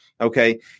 Okay